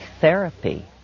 therapy